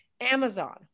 Amazon